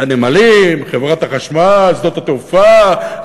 זה הנמלים, חברת החשמל, שדות התעופה.